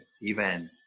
event